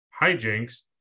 hijinks